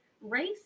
Race